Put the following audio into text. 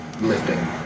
lifting